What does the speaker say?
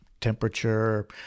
temperature